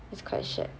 it's quite shit